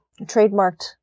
trademarked